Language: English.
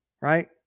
right